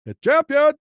champion